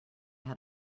had